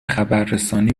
خبررسانی